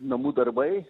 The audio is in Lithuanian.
namų darbai